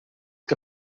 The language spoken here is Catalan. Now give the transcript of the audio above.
que